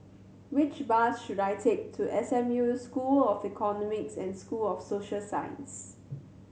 which bus should I take to S M U School of Economics and School of Social Sciences